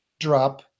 drop